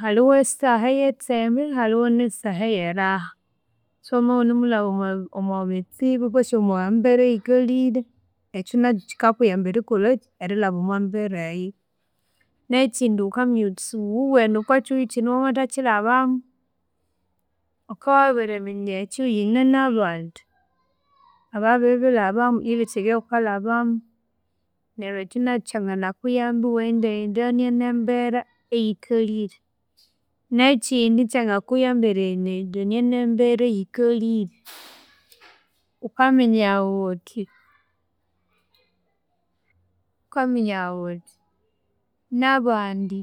Halhiho esaha eyatseme, halhiho ne saha eyeraha, so wamabya iwunemulhaba omwe bitsibu kwesi omwambera eyikalhire, ekyo nakyu kyikakuyamba erikolhakyi erilhaba omwembera eyo. Nekyindi wukamiya wuthi siwewuwene okwe kyihugho kyino wamathakyilhabamu, wukabya wabiriminya ekyo yinanabandi ababibilhabamu, ebyosi ebyawukalhabamu, neryo ekyo nakyu kya- nganakuyamba iwawenda yendania nembera eyikalhire. Nekyindi kyangakuyamba eriye yendania nembera eyikalhire, wukaminya wuthi, wukaminya wuthi nabandi